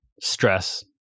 stress